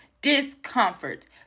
discomfort